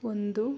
ಒಂದು